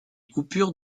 coupures